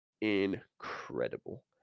incredible